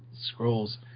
scrolls